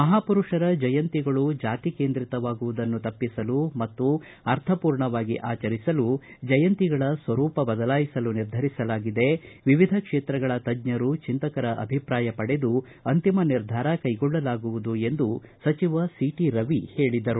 ಮಹಾಪುರುಷರ ಜಯಂತಿಗಳು ಜಾತಿ ಕೇಂದ್ರಿತವಾಗುವುದನ್ನು ತಪ್ಪಿಸಲು ಮತ್ತು ಅರ್ಥಪೂರ್ಣವಾಗಿ ಆಚರಿಸಲು ಜಯಂತಿಗಳ ಸ್ವರೂಪ ಬದಲಾಯಿಸಲು ನಿರ್ಧರಿಸಲಾಗಿದೆ ವಿವಿಧ ಕ್ಷೇತ್ರಗಳ ತಜ್ಞರು ಚಿಂತಕರ ಅಭಿಪ್ರಾಯ ಪಡೆದು ಅಂತಿಮ ನಿರ್ಧಾರ ಕೈಗೊಳ್ಳಲಾಗುವುದು ಎಂದು ಸಚಿವ ಸಿ ಟಿ ರವಿ ಹೇಳಿದರು